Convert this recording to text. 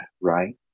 right